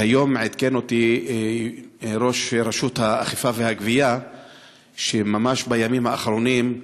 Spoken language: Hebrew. והיום עדכן אותי ראש רשות האכיפה והגבייה שממש בימים האחרונים,